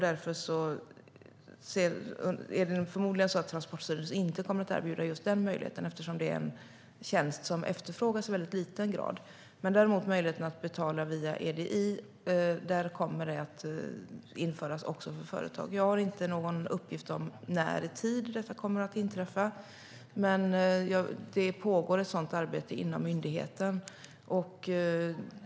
Därför är det förmodligen så att Transportstyrelsen inte kommer att erbjuda just denna möjlighet, eftersom det är en tjänst som efterfrågas i liten grad. Däremot kommer möjligheten att betala via EDI att införas även för företag. Jag har inte någon uppgift om när i tid som detta kommer att inträffa. Men det pågår ett sådant arbete inom myndigheten.